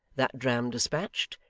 that dram despatched,